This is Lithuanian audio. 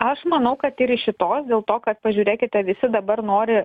aš manau kad ir iš šitos dėl to kad pažiūrėkite visi dabar nori